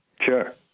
Sure